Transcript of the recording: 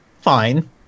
fine